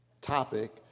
topic